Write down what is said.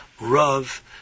rav